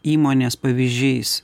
įmonės pavyzdžiais